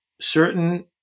certain